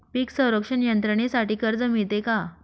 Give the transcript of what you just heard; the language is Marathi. पीक संरक्षण यंत्रणेसाठी कर्ज मिळते का?